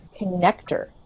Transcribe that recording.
connector